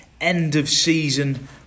end-of-season